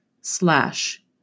slash